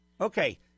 Okay